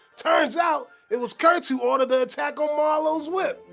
turns out, it was kurtz who ordered the attack on marlow's whip.